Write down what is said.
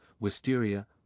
wisteria